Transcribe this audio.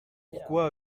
pourquoi